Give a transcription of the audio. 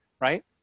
right